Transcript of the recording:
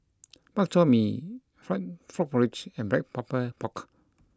Bak Chor Mee Frog Porridge and Black Pepper Pork